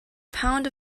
pound